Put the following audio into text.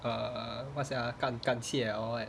err what's that ah 感感谢 or what